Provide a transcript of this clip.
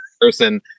person